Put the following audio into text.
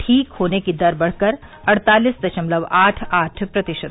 ठीक होने की दर बढ़कर अड़तालीस दशमलव आठ आठ प्रतिशत